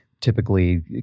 typically